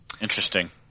Interesting